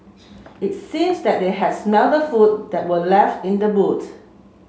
it seems that they had smelt the food that were left in the boot